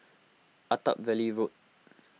Attap Valley Road